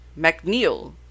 McNeil